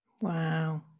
Wow